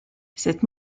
cette